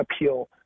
appeal